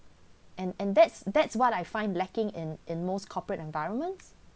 and and that's that's what I find lacking in in most corporate environments